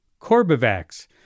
Corbivax